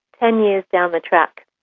ten years down the track,